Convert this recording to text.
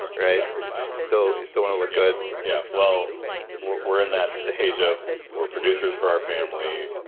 right you still you still want to look good yeah well we're we're in that stage of we're producers for our family,